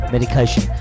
Medication